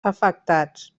afectats